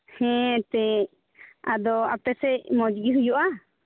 ᱦᱮᱸ ᱮᱱᱛᱮᱫ ᱟᱫᱚ ᱟᱯᱮ ᱥᱮᱫ ᱢᱚᱡᱽ ᱜᱮ ᱦᱩᱭᱩᱜᱼᱟ